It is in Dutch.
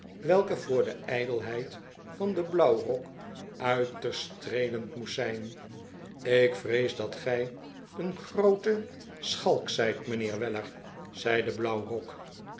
welke voor de ijdelheid van den blauwrok uiterst streelend moest zijn ik vrees dat gij een groote s chalk zijt mijnheer weller zei de blauwrok